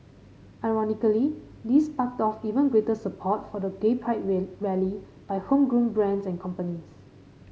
ironically this sparked off even greater support for the gay pride rally by homegrown brands and companies